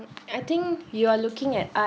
I think you are looking at art